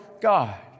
God